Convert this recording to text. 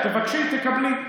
תבקשי, תקבלי.